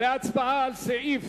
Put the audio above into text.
קבוצת סיעת חד"ש,